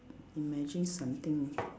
imagine something